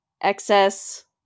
excess